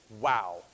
wow